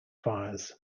fires